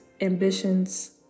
ambitions